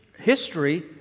history